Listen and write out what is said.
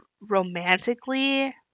romantically